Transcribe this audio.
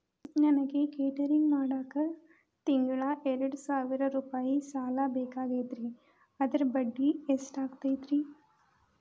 ನನಗ ಕೇಟರಿಂಗ್ ಮಾಡಾಕ್ ತಿಂಗಳಾ ಎರಡು ಸಾವಿರ ರೂಪಾಯಿ ಸಾಲ ಬೇಕಾಗೈತರಿ ಅದರ ಬಡ್ಡಿ ಎಷ್ಟ ಆಗತೈತ್ರಿ?